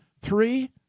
three